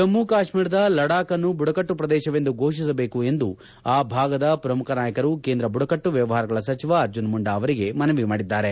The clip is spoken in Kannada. ಜಮ್ಮ ಕಾಶ್ಮೀರದ ಲಡಾಖ್ ಅನ್ನು ಬುಡಕಟ್ಟು ಪ್ರದೇಶವೆಂದು ಘೋಷಿಸಬೇಕು ಎಂದು ಆ ಭಾಗದ ಪ್ರಮುಖ ನಾಯಕರು ಕೇಂದ್ರ ಬುಡಕಟ್ಟು ವ್ಯವಹಾರಗಳ ಸಚಿವ ಅರ್ಜುನ್ ಮುಂಡಾ ಅವರಿಗೆ ಮನವಿ ಮಾಡಿದ್ದಾರೆ